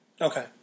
Okay